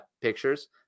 pictures